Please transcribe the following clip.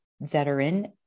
veteran